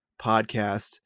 Podcast